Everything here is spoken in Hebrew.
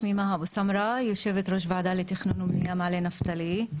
אני יושבת-ראש הוועדה לתכנון ובנייה מעלה נפתלי.